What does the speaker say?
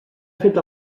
fet